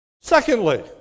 Secondly